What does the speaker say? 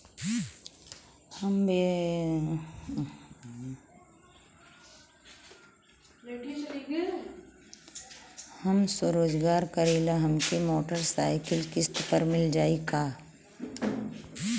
हम स्वरोजगार करीला हमके मोटर साईकिल किस्त पर मिल जाई का?